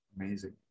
Amazing